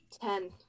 ten